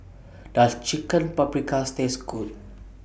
Does Chicken Paprikas Taste Good